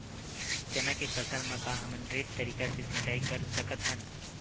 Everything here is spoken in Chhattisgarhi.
चना के फसल म का हमन ड्रिप तरीका ले सिचाई कर सकत हन?